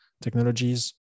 technologies